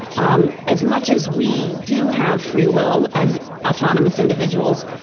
um as much as we do have free will as autonomous individuals,